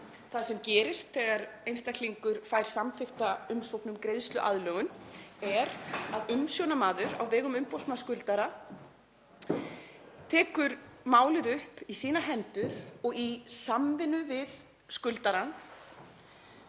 Það sem gerist þegar einstaklingur fær samþykkta umsókn um greiðsluaðlögun er að umsjónarmaður á vegum umboðsmanns skuldara tekur málið í sínar hendur og í samvinnu við skuldarann